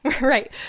Right